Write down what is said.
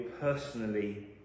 personally